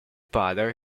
padre